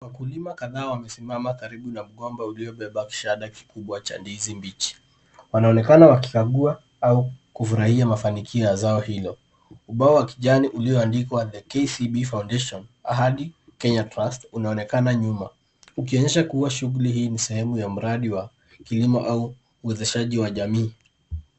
Wakulima kadhaa wamesimama karibu na mgomba uliobeba shada kikubwa cha ndizi mbichi. Wanaonekana wakikagua au kufurahia mafanikio ya zao hilo. Ubao wa kijani ulioandikwa " The KCB Foundation Ahadi Kenya trust " unaonekana nyuma , kuonyesha kuwa shughuli hii ni sehemu ya mradi wa kilimo au uendeshaji wa jamii.